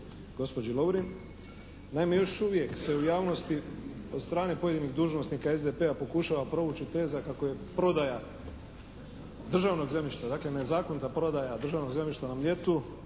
gospođi Lovrin. Naime, još uvijek se u javnosti od strane pojedinih dužnosnika SDP-a pokušava provući teza kako je prodaja državnog zemljišta, dakle nezakonita prodaja državnog zemljišta na Mljetu